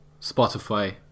Spotify